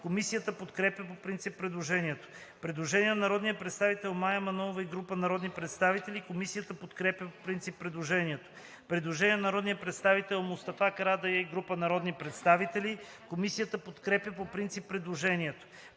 Комисията подкрепя по принцип предложението. Предложение на народния представител Мустафа Карадайъ и група народни представители. Комисията подкрепя по принцип предложението. Предложение на народния представител Росен Желязков и група народни представители. Комисията подкрепя предложението.